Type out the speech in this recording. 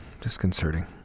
Disconcerting